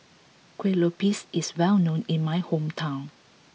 Kueh Lopes is well known in my hometown